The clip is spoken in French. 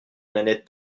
nanette